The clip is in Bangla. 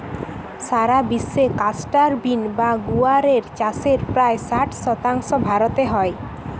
সারা বিশ্বে ক্লাস্টার বিন বা গুয়ার এর চাষের প্রায় ষাট শতাংশ ভারতে হয়